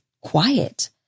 quiet